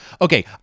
okay